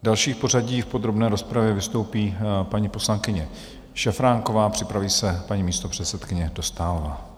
Další v pořadí v podrobné rozpravě vystoupí paní poslankyně Šafránková, připraví se paní místopředsedkyně Dostálová.